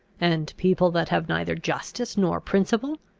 and people that have neither justice nor principle?